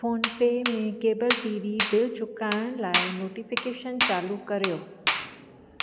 phone पे में cable TV bill चुकाइण लाइ नोटिफिकेशन चालू कर्यो